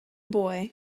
boy